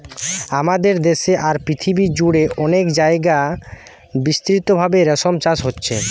আমাদের দেশে আর পৃথিবী জুড়ে অনেক জাগায় বিস্তৃতভাবে রেশম চাষ হচ্ছে